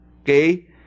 okay